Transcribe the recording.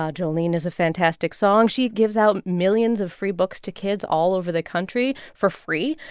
jolene is a fantastic song. she gives out millions of free books to kids all over the country for free.